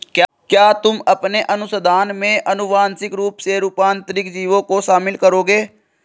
क्या तुम अपने अनुसंधान में आनुवांशिक रूप से रूपांतरित जीवों को शामिल करोगे?